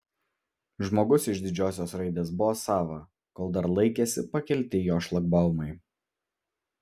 žmogus iš didžiosios raidės buvo sava kol dar laikėsi pakelti jo šlagbaumai